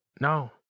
No